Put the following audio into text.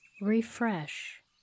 Refresh